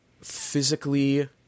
physically